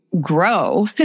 grow